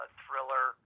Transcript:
thriller